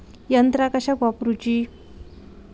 यंत्रा कशाक वापुरूची?